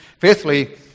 Fifthly